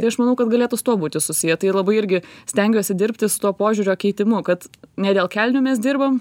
tai aš manau kad galėtų su tuo būti susiję tai labai irgi stengiuosi dirbti su tuo požiūrio keitimu kad ne dėl kelnių mes dirbam